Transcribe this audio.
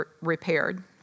repaired